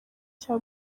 cya